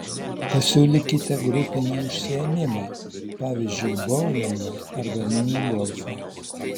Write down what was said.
pasiūlykite grupinį užsiėmimą pavyzdžiui boulingą arba mini golfą